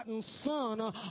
Son